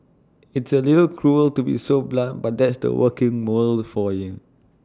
it's A little cruel to be so blunt but that's the working world for you